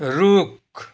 रूख